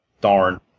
darn